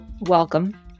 Welcome